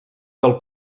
del